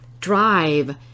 drive